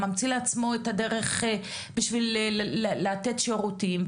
ממציא לעצמו את הדרך בשביל לתת שירותים,